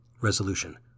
Resolution